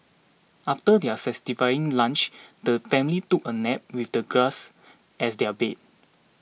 after their satisfying lunch the family took a nap with the grass as their bed